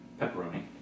Pepperoni